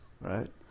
right